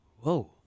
Whoa